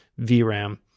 VRAM